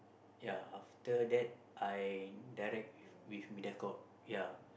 ya after that I direct with with Mediacorp ya